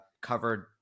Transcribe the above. covered